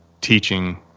teaching